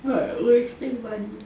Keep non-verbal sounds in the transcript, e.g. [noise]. [noise] like wasting money